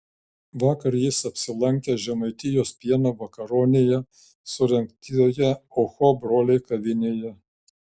vakar jis apsilankė žemaitijos pieno vakaronėje surengtoje oho broliai kavinėje